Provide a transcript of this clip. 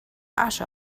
asche